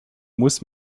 muss